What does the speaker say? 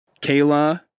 kayla